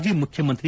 ಮಾಜಿ ಮುಖ್ಯಮಂತ್ರಿ